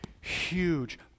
huge